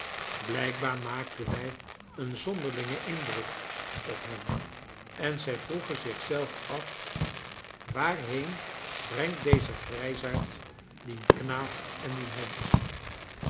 blijkbaar maakten wij een zonderlingen indruk op hen en zij vroegen zichzelf af waarheen brengt deze grijsaard dien knaap en dien hond